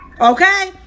Okay